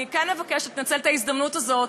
ואני כן מבקשת לנצל את ההזדמנות הזאת,